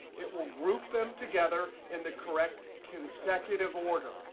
it will group them together in the correct consecutive order.